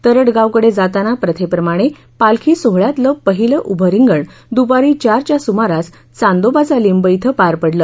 तरड़गाव कड़े जाताना प्रथेप्रमाणे पालखी सोहोळयातलं पहिलं उभं रिंगण दुपारी चारच्या सुमारास चांदोबाचा लिंब अँ पार पडलं